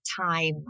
time